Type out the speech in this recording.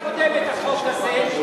בכנסת הקודמת, החוק הזה.